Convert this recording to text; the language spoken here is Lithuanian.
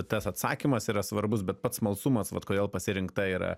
tas atsakymas yra svarbus bet pats smalsumas vat kodėl pasirinkta yra